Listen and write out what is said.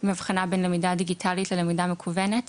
היא מבחינה בין למידה דיגיטלית ללמידה מקוונת.